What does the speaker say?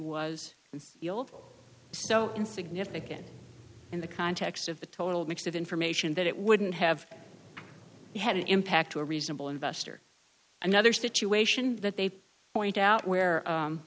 so insignificant in the context of the total mix of information that it wouldn't have had an impact to a reasonable investor another situation that they point out where